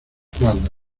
cuadra